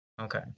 Okay